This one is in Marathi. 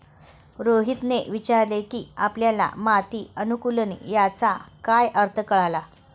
रोहितने विचारले की आपल्याला माती अनुकुलन याचा काय अर्थ कळला?